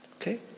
Okay